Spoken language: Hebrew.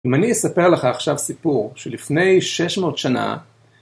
אם אני אספר לך עכשיו סיפור שלפני 600 שנה